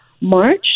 March